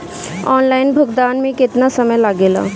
Online भुगतान में केतना समय लागेला?